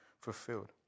fulfilled